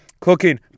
cooking